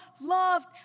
loved